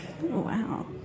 Wow